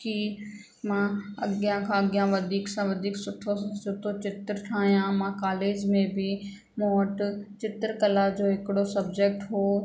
की मां अॻियां खां अॻियां वधीक सां वधीक सुठो सों सुठो चित्र ठाहियां मां कॉलेज में बि मूं वटि चित्रकला जो हिकिड़ो सब्जेक्ट हुओ